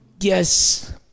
Yes